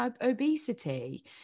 obesity